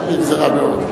אם זה רע מאוד.